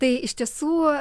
tai iš tiesų